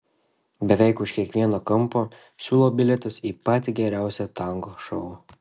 beveik už kiekvieno kampo siūlo bilietus į patį geriausią tango šou